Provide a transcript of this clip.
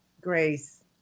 Grace